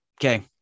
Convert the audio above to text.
Okay